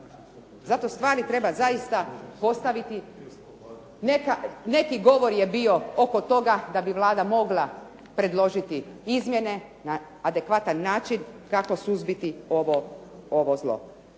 Zato stvari treba zaista postaviti. Neki govor je bio oko toga da bi Vlada mogla predložiti izmjene na adekvatan način kako suzbiti ovo zlo,